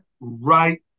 right